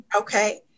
Okay